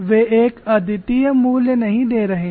वे एक अद्वितीय मूल्य नहीं दे रहे हैं